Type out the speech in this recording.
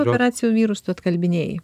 oracijų vyrus tu atkalbinėji